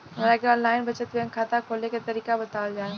हमरा के online बचत बैंक खाता खोले के तरीका बतावल जाव?